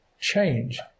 change